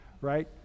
right